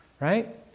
right